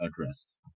addressed